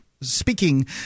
Speaking